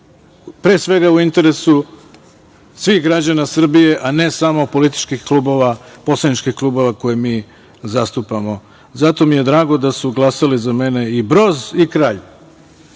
pre svega u interesu svih građana Srbije, a ne samo poslaničkih klubova koje mi zastupamo. Zato mi je drago da su glasali za mene i Broz i Kralj.